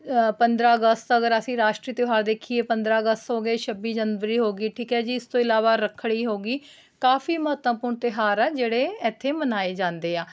ਪੰਦਰਾਂ ਅਗਸਤ ਅਗਰ ਅਸੀਂ ਰਾਸ਼ਟਰੀ ਤਿਉਹਾਰ ਦੇਖੀਏ ਪੰਦਰਾਂ ਅਗਸਤ ਹੋ ਗਈ ਛੱਬੀ ਜਨਵਰੀ ਹੋ ਗਈ ਠੀਕ ਹੈ ਜੀ ਇਸ ਤੋਂ ਇਲਾਵਾ ਰੱਖੜੀ ਹੋ ਗਈ ਕਾਫੀ ਮਹੱਤਵਪੂਰਨ ਤਿਉਹਾਰ ਆ ਜਿਹੜੇ ਇੱਥੇ ਮਨਾਏ ਜਾਂਦੇ ਆ